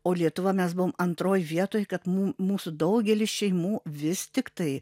o lietuva mes buvom antroj vietoj kad mū mūsų daugelis šeimų vis tiktai